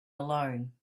alone